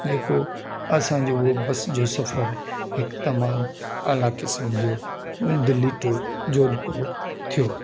जेको असांजो उहो बस जो सफ़र हिकु तमामु आलके सम्झो दिल्ली टू जोधपुर थियो